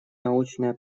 научное